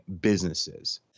businesses